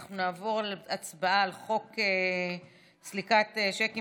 אנחנו נעבור להצבעה על חוק סליקת שיקים